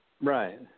Right